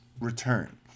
return